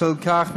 בשל כך,